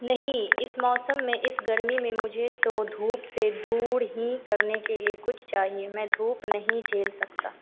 नहीं इस मौसम में इस गर्मी में मुझे तो धूप से दूर ही करने के लिए कुछ चाहिए मैं धूप नहीं झेल सकता